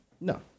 No